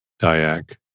DIAC